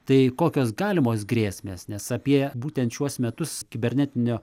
tai kokios galimos grėsmės nes apie būtent šiuos metus kibernetinio